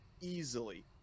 easily